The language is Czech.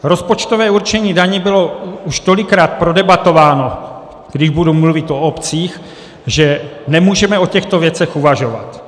Rozpočtové určení daní bylo už tolikrát prodebatováno, když budu mluvit o obcích, že nemůžeme o těchto věcech uvažovat.